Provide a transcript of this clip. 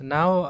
Now